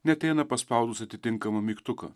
neateina paspaudus atitinkamą mygtuką